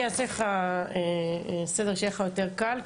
אני אעשה לך סדר שיהיה לך יותר קל,